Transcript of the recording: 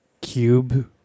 cube